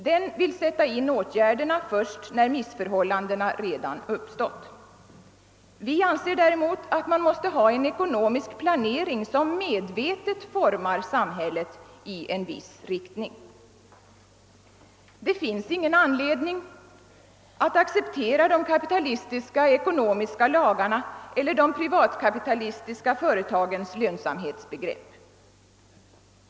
Den vill sätta in åtgärderna först när missförhållanden redan har uppstått. Vi anser däremot att man måste ha en ekonomisk planering som medvetet formar samhället i en viss riktning. Det finns ingen anledning att acceptera de kapitalistiska ekonomiska lagarna eller de privatkapitalistiska företagens lönsamhetsbegrepp.